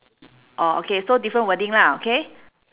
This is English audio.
orh okay so different wording lah okay